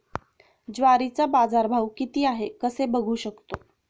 ज्वारीचा बाजारभाव किती आहे कसे बघू शकतो?